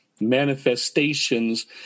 manifestations